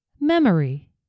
memory